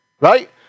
right